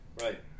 right